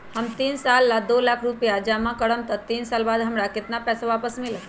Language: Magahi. हम तीन साल ला दो लाख रूपैया जमा करम त तीन साल बाद हमरा केतना पैसा वापस मिलत?